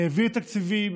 העביר תקציבים,